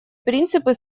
принципы